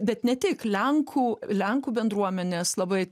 bet ne tik lenkų lenkų bendruomenės labai